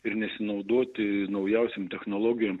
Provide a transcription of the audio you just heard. ir nesinaudoti naujausiom technologijom